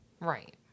Right